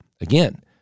again